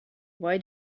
why